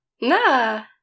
Nah